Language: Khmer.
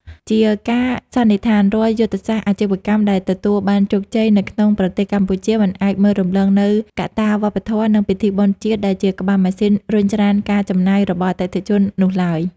ជាការសន្និដ្ឋាន រាល់យុទ្ធសាស្ត្រអាជីវកម្មដែលទទួលបានជោគជ័យនៅក្នុងប្រទេសកម្ពុជា មិនអាចមើលរំលងនូវកត្តាវប្បធម៌ និងពិធីបុណ្យជាតិ ដែលជាក្បាលម៉ាស៊ីនរុញច្រានការចំណាយរបស់អតិថិជននោះឡើយ។